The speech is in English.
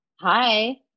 Hi